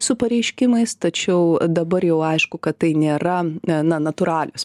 su pareiškimais tačiau dabar jau aišku kad tai nėra na natūralios